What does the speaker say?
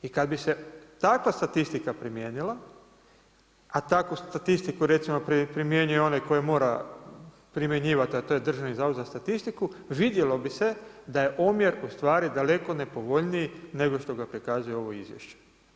I kada bi se takva statistika primijenila a takvu statistiku recimo primjenjuje onaj koji ju mora primjenjivati a to je Državni zavod za statistiku vidjelo bi se da je omjer ustvari daleko nepovoljniji nego što ga prikazuje ovo izvješće.